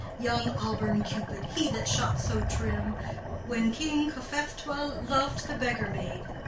young auburn cupid, he that shot so trim when king cophetua lov'd the beggar maid!